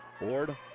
Board